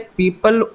people